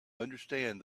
understand